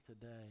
today